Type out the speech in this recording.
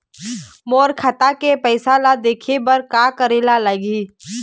मोर खाता के पैसा ला देखे बर का करे ले लागही?